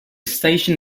station